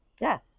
Yes